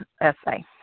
essay